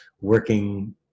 working